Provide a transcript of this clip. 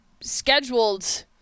scheduled